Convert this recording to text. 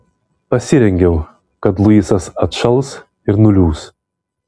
pasirengiau kad luisas atšals ir nuliūs